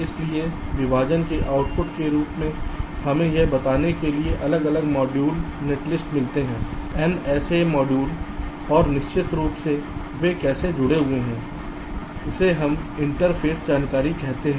इसलिए विभाजन के आउटपुट के रूप में हमें यह बताने के लिए अलग अलग मॉड्यूल नेटलिस्ट मिलते हैं कि एन ऐसे मॉड्यूल हैं और निश्चित रूप से वे कैसे जुड़े हुए हैं इसे हम इंटरफ़ेस जानकारी कहते हैं